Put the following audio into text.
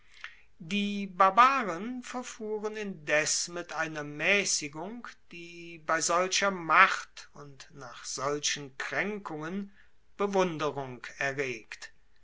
die barbaren verfuhren indes mit einer maessigung die bei solcher macht und nach solchen kraenkungen bewunderung erregt